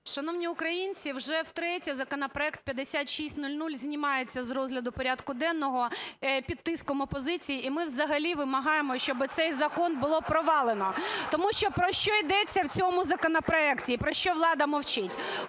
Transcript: Шановні українці, вже втретє законопроект 5600 знімається з розгляду порядку денного під тиском опозиції, і ми взагалі вимагаємо, щоб цей закон було провалено. Тому що, про що йдеться в цьому законопроекті і про що влада мовчить?